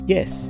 Yes